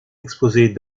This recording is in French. exposés